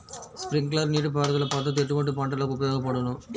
Sprinkler నీటిపారుదల పద్దతి ఎటువంటి పంటలకు ఉపయోగపడును?